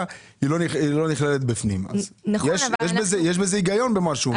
היא לא נכללת בפנים אז יש בזה יש בזה היגיון במה שהוא אומר.